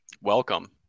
Welcome